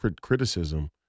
criticism